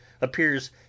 appears